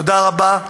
תודה רבה.